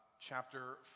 chapter